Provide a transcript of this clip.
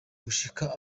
gushika